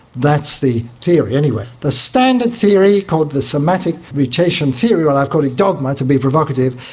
that's the theory anyway. the standard theory, called the somatic mutation theory, and i've called it dogma to be provocative,